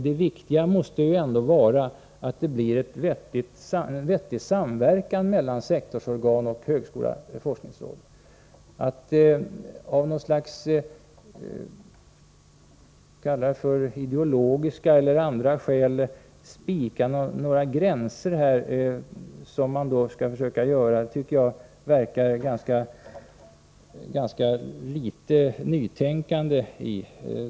Det viktiga måste ändå vara att det kommer till stånd en vettig samverkan mellan sektorsorgan, högskolor och forskningsråd. Att av något slags ideologiska eller andra skäl här spika upp några gränser, som moderaterna försöker göra, tycker jag att det verkar ligga ganska litet av nytänkande i.